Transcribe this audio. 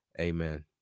Amen